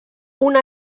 una